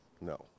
No